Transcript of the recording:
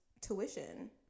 tuition